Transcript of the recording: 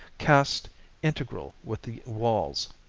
cast integral with the walls.